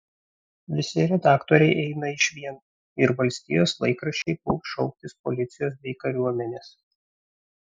visi redaktoriai eina išvien ir valstijos laikraščiai puls šauktis policijos bei kariuomenės